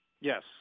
Yes